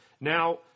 Now